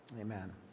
Amen